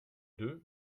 deux